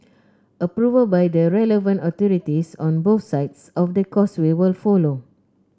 approval by the relevant authorities on both sides of the Causeway will follow